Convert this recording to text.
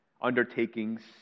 undertakings